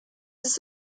ist